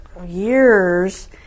years